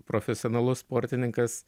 profesionalus sportininkas